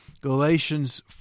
Galatians